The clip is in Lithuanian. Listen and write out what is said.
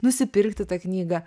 nusipirkti tą knygą